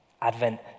Advent